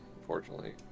unfortunately